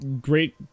great